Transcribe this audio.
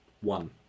one